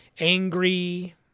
Angry